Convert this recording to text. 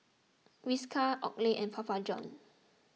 Whiskas Oakley and Papa Johns